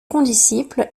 condisciples